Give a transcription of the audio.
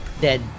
Dead